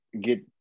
get